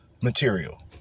material